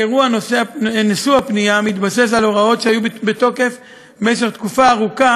האירוע שבפנייה מתבסס על ההוראות שהיו בתוקף במשך תקופה ממושכת,